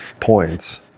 points